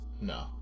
No